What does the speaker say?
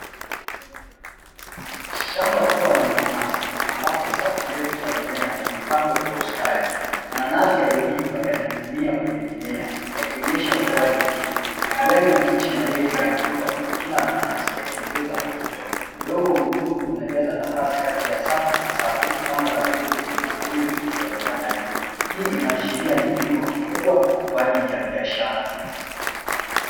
Shamba kubwa la mananasi, ambapo safi ndefu za mimea zimepangwa kwa ustadi, mananasi yaliyoiva yanamiminia kwenye mimea yakionyesha ukuaji mzuri, majani mabichi marefu yanatoka kwenye kila nanasi yakiongeza mvuto, udongo mwekundu unajaza nafasi kati ya safu na safu anga la bluu lisilo na mawingu ikionekana juu hii inaashiria ni kilimo kikubwa kwa ajili ya biashara.